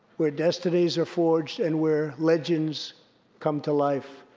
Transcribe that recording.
where destinies are forged, and where legends come to life.